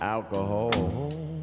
Alcohol